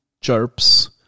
chirps